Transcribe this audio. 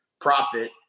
profit